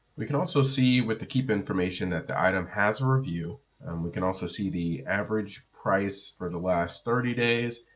we can also see what the keepa information that the item has a review and we can also see the average price for the last thirty days,